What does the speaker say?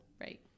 Right